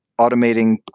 automating